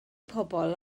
pobl